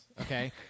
okay